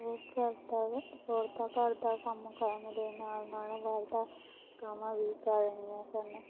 ਉਹ ਘਰ ਦਾ ਔਰਤਾਂ ਘਰ ਦਾ ਕੰਮ ਕਰਨ ਦੇ ਨਾਲ ਨਾਲ ਬਾਹਰ ਦਾ ਕੰਮ ਵੀ ਕਰ ਰਹੀਆਂ ਸਨ